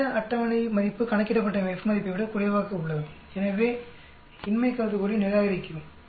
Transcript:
இந்த அட்டவணை மதிப்பு கணக்கிடப்பட்ட F மதிப்பை விட குறைவாக உள்ளது எனவே இன்மை கருதுகோளை நிராகரிக்கிறோம்